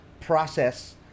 process